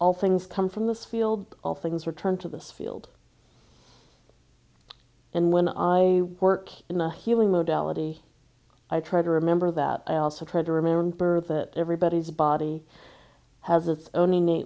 all things come from this field all things return to this field and when i work in the healing modality i try to remember that i also try to remember that everybody's body has its own